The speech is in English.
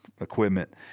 equipment